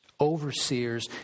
Overseers